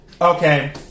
okay